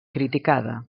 criticada